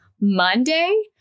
Monday